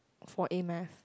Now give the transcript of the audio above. for A-math